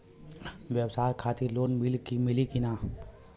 ब्यवसाय खातिर लोन मिली कि ना?